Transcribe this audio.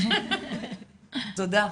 תודה,